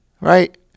right